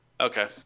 okay